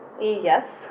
Yes